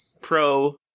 pro